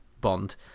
Bond